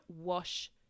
wash